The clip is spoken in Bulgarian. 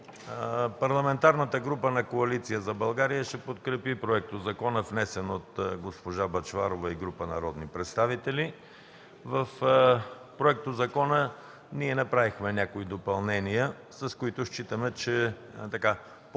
Парламентарната група на Коалиция за България ще подкрепи законопроекта, внесен от госпожа Бъчварова и група народни представители. В законопроекта направихме някои допълнения, с които считаме, че по-пълно